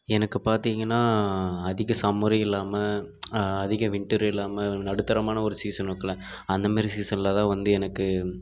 எனக்கு பார்த்திங்கனா அதிக சம்மரும் இல்லாமல் அதிக விண்ட்டரும் இல்லாமல் நடுத்தரமான ஒரு சீசன் இருக்கும்லை அந்தமாதிரி சீசனில் தான் வந்து எனக்கு